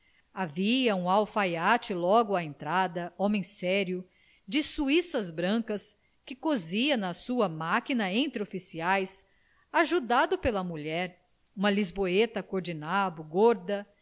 havia um alfaiate logo à entrada homem sério de suíças que cosia na sua máquina entre oficiais ajudado pela mulher uma lisboeta cor de nabo gorda